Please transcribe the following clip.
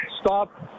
stop